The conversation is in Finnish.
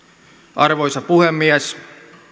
arvoisa puhemies